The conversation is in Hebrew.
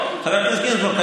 חבר הכנסת גינזבורג.